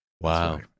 Wow